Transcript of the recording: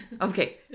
Okay